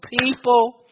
people